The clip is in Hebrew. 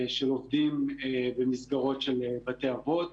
של עובדים במסגרות של בתי אבות.